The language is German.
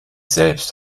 selbst